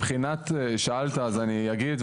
שאלת אז אני אגיד,